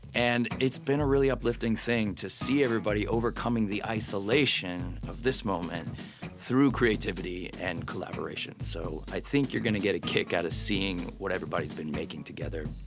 and it's been a really uplifting thing to see everybody overcoming the isolation of this moment through creativity and collaboration. so i think you're gonna get a kick out of seeing what everybody's been making together.